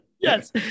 yes